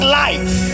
life